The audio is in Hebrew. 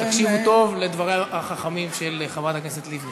תקשיבו טוב לדבריה החכמים של חברת הכנסת לבני.